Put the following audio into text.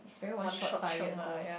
very one shot tired goal